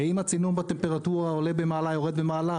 ואם הצינון בטמפרטורה עולה במעלה או יורד במעלה?